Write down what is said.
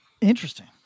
interesting